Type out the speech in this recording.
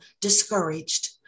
discouraged